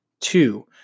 two